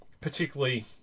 Particularly